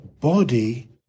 body